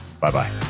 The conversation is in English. Bye-bye